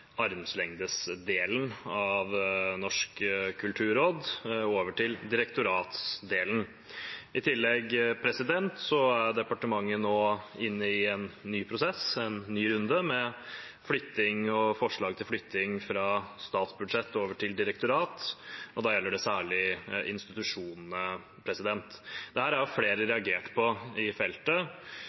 avstand-delen av Norsk kulturråd og over til direktoratdelen. I tillegg er departementet nå inne i en ny prosess, en ny runde med flytting og forslag til flytting fra statsbudsjett og over til direktorat, og da gjelder det særlig institusjonene. Dette har flere i feltet reagert på,